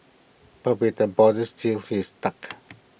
but with the borders sealed he is stuck